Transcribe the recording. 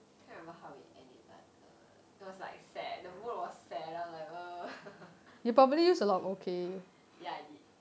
can't remember how it end it but err it was like sad the mood was sad I was like err ya I did